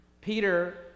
Peter